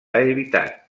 evitat